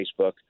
Facebook